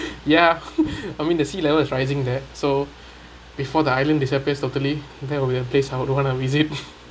ya I mean the sea levels rising there so before the island disappears totally that will be a place I would want to visit